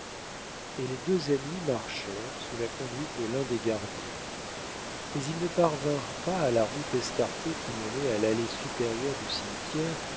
et les deux amis marchèrent sous la conduite de l'un des gardiens mais ils ne parvinrent pas à la route escarpée qui menait à l'allée supérieure du cimetière